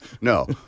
No